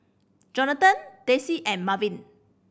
Johnathan Daisie and Marvin